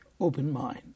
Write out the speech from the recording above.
openmind